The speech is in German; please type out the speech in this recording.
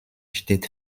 steht